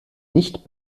nicht